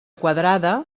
quadrada